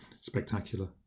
spectacular